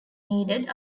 needed